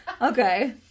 Okay